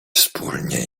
wspólnie